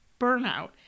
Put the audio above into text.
burnout